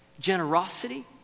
generosity